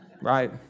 Right